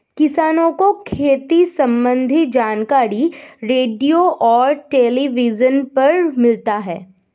किसान को खेती सम्बन्धी जानकारी रेडियो और टेलीविज़न पर मिलता है